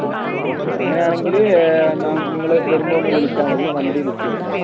ആ ഓക്കെ അങ്ങനെ ആണെങ്കിൽ എന്നാൽ നിങ്ങൾ വരുമ്പം ഒന്ന് വിളിച്ചാൽ മതി വണ്ടി ബുക്ക് ചെയ്ത് ഇട്ടേക്കാം